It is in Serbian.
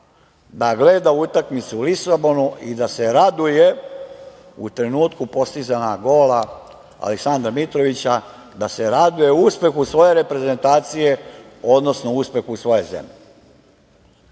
da gleda utakmicu u Lisabonu i da se raduje u trenutku postizanja gola Aleksandra Mitrovića, da se raduje uspehu svoje reprezentacije, odnosno uspehu svoje zemlje?